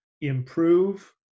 improve